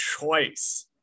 choice